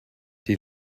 die